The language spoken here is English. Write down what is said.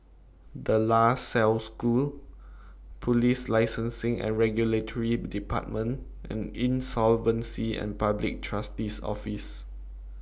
De La Salle School Police Licensing and Regulatory department and Insolvency and Public Trustee's Office